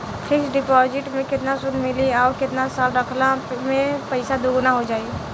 Fix deposit मे केतना सूद मिली आउर केतना साल रखला मे पैसा दोगुना हो जायी?